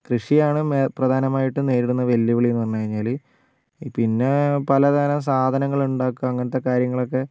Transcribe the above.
കൃഷിയാണ് പ്രധാനമായിട്ടും നേരിടുന്ന വെല്ലുവിളിയെന്നു പറഞ്ഞു കഴിഞ്ഞാൽ ഈ പിന്നെ പലതരം സാധനങ്ങൾ ഉണ്ടാക്കാൻ അങ്ങനത്തെ കാര്യങ്ങളൊക്കെ